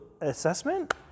assessment